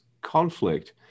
conflict